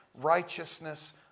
righteousness